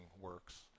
works